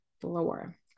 floor